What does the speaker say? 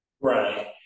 right